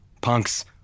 punks